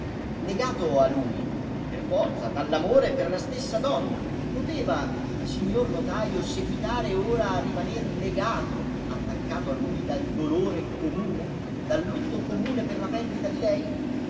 legato a lui per forza dall'amore per la stessa donna poteva il signor notajo seguitare ora a rimaner legato attaccato a lui dal dolore comune dal lutto comune per la perdita di lei